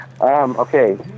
Okay